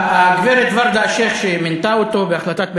הגברת ורדה אלשיך, שמינתה אותו בהחלטת בית-משפט,